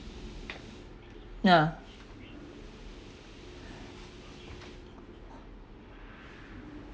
nah